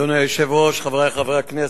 אדוני היושב-ראש, חברי חברי הכנסת,